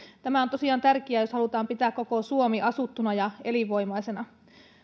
tämä on tosiaan tärkeää jos halutaan pitää koko suomi asuttuna ja elinvoimaisena